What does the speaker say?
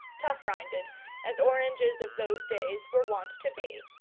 tough-rinded as oranges of those days were wont to be.